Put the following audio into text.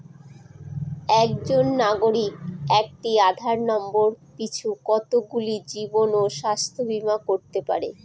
একজন নাগরিক একটি আধার নম্বর পিছু কতগুলি জীবন ও স্বাস্থ্য বীমা করতে পারে?